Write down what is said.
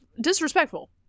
disrespectful